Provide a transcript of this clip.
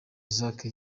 isaac